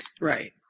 Right